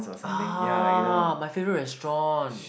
ah my favorite restaurant